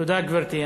תודה, גברתי.